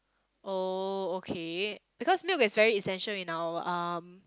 oh okay because milk is very essential in our um